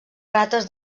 rates